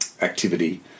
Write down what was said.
activity